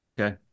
Okay